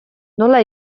nola